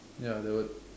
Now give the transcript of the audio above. ya there were